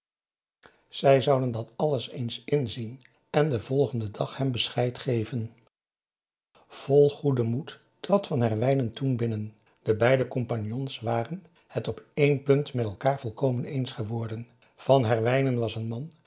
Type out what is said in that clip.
zij zouden dat alles eens inzien en den volgenden dag hem bescheid geven vol goeden moed trad van herwijnen toen binnen de beide compagnons waren het op één punt met elkaar volkomen eens geworden van herwijnen was een man